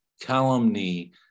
Calumny